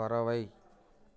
பறவை